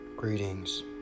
Greetings